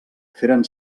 feren